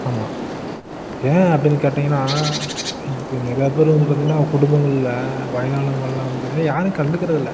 ஆமாம் ஏன் அப்படின்னு கேட்டீங்கன்னால் இது இப்போ நிறையா பேர் வந்து பார்த்தீங்கன்னா குடும்பங்களில் வயதானவங்கள்லாம் யாரும் கண்டுக்கிறதில்ல